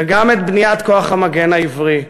וגם את בניית כוח המגן העברי,